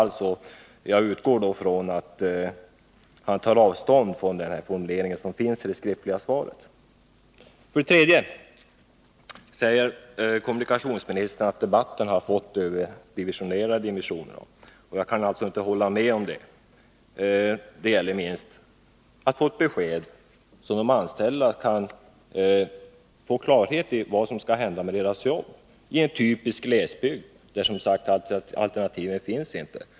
Jag utgår då från att statsrådet tar avstånd från denna formulering i det skriftliga svaret. Kommunikationsministern säger att debatten har fått för stora dimensioner. Jag kan inte hålla med om detta. Det gäller att få ett besked så att de anställda kan få klarhet i vad som skall hända med deras jobb i en typisk glesbygd, där man inte har några alternativ.